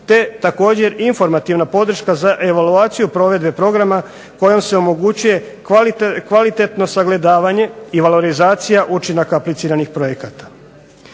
te također informativna podrška za evaluaciju provedbe programa kojom se omogućuje kvalitetno sagledavanja i valorizacija učinaka apliciranih projekata.